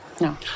No